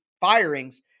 firings